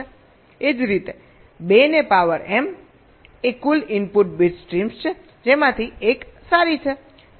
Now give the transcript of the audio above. એ જ રીતે 2 ને પાવર એમ એ કુલ ઇનપુટ બીટ સ્ટ્રીમ્સ છે જેમાંથી એક સારી છે